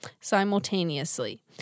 simultaneously